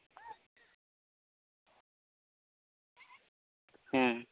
ᱦᱩᱸ